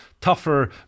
tougher